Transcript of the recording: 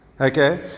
Okay